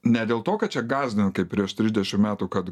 ne dėl to kad čia gąsdina kaip prieš trisdešim metų kad